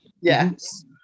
Yes